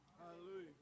Hallelujah